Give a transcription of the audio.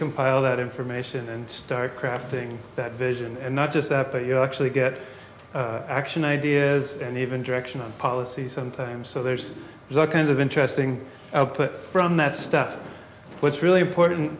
compile that information and start crafting that vision and not just that but you actually get action ideas and even direction on policy sometimes so there's the kind of interesting output from that stuff what's really important